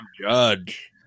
judge